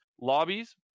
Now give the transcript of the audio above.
lobbies